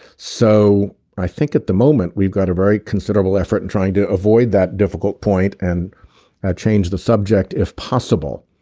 so i think at the moment we've got a very considerable effort at and trying to avoid that difficult point and change the subject if possible.